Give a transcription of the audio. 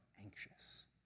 anxious